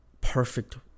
perfect